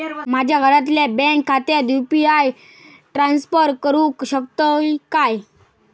माझ्या घरातल्याच्या बँक खात्यात यू.पी.आय ट्रान्स्फर करुक शकतय काय?